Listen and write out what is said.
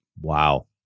Wow